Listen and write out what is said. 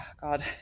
God